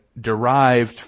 derived